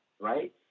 right